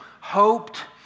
hoped